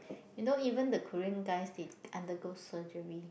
you know even the Korean guys they undergo surgery